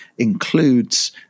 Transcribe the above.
includes